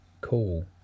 cool